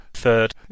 Third